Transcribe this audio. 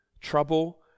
trouble